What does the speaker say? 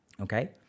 Okay